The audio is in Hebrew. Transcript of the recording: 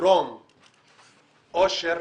אתה דואג לחברים שלך הטרוריסטים.